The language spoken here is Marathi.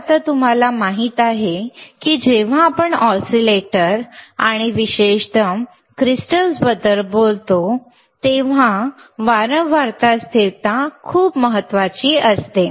तर आता तुम्हाला माहित आहे की जेव्हा आपण ऑसिलेटर आणि विशेषतः क्रिस्टल्सबद्दल बोलतो तेव्हा वारंवारता स्थिरता खूप महत्वाची असते